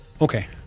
Okay